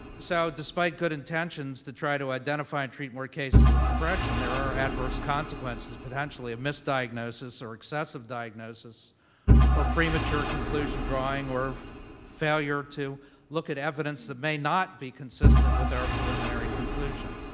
so, despite good intentions to try to identify and treat more cases of depression, there are adverse consequences, potentially, of misdiagnosis or excessive diagnosis or premature conclusion drawing or failure to look at evidence that may not be consistent with our preliminary conclusion.